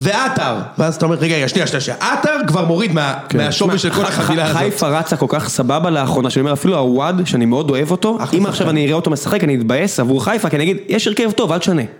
ועטר, ואז אתה אומר רגע, שניה שניה שניה, עטר כבר מוריד מהשווי של כל החבילה הזאת. חיפה רצה כל כך סבבה לאחרונה, שאני אומר, אפילו עוואד, שאני מאוד אוהב אותו, אם עכשיו אני אראה אותו משחק אני אתבאס עבור חיפה, כי אני אגיד, יש הרכב טוב, אל תשנה